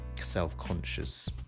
self-conscious